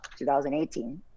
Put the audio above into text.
2018